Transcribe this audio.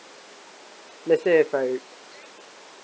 let's say if I